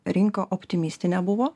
rinką optimistinė nebuvo